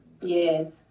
Yes